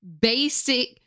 basic